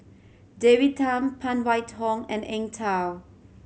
David Tham Phan Wait Hong and Eng Tow